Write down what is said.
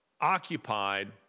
occupied